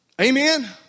Amen